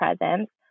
presents